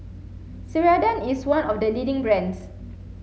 Ceradan is one of the leading brands